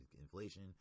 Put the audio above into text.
inflation